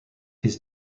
his